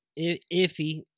iffy